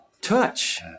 touch